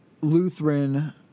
Lutheran